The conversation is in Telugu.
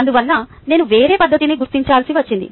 అందువల్ల నేను వేరే పద్ధతిని గుర్తించాల్సి వచ్చింది